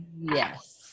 yes